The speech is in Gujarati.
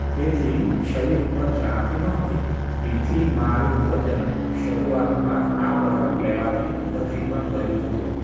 તેથી શરીર ઉપર જણાતી ન હતી તેથી મારું વજન શરૂઆતમાં આ પ્રોડક્ટ લેવાથી વધી પણ ગયું હતું